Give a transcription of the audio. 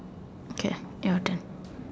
okay your turn